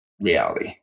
reality